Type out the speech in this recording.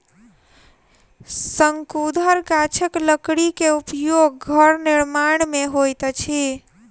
शंकुधर गाछक लकड़ी के उपयोग घर निर्माण में होइत अछि